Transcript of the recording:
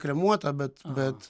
kremuotą bet bet